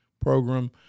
program